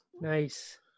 Nice